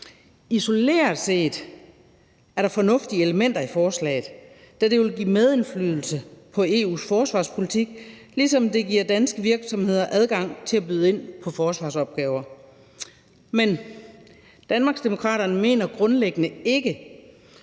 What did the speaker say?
Isoleret set er der fornuftige elementer i forslaget, da det vil give medindflydelse på EU's forsvarspolitik, ligesom det giver danske virksomheder adgang til at byde ind på forsvarsopgaver. Men Danmarksdemokraterne mener grundlæggende ikke,